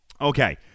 Okay